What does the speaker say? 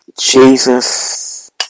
Jesus